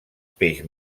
peix